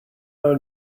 are